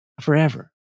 Forever